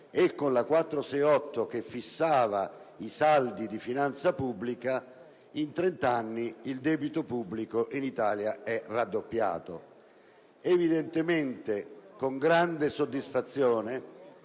legge n. 468, che fissava i saldi di finanza pubblica, in trent'anni il debito pubblico in Italia è raddoppiato. Evidentemente, con grande soddisfazione